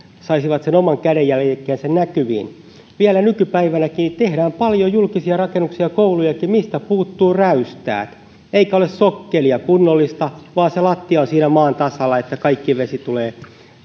saisivat sen oman kädenjälkensä näkyviin vielä nykypäivänäkin tehdään paljon julkisia rakennuksia koulujakin mistä puuttuvat räystäät eikä ole kunnollista sokkelia vaan se lattia on siinä maan tasalla niin että kaikki vesi tulee